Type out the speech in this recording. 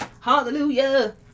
Hallelujah